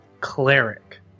cleric